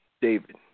David